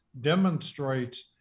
demonstrates